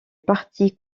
parti